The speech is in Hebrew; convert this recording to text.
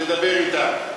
תדבר אתם.